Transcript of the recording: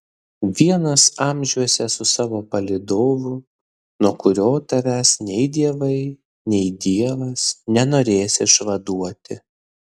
vienas amžiuose su savo palydovu nuo kurio tavęs nei dievai nei dievas nenorės išvaduoti